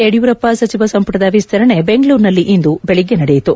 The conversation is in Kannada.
ಯಡಿಯೂರಪ್ಪ ಸಚಿವ ಸಂಪುಟದ ವಿಸ್ತರಣೆ ಬೆಂಗಳೂರಿನಲ್ಲಿ ಇಂದು ಬೆಳಗ್ಗೆ ನಡೆಯಿತು